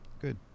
Good